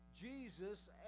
Jesus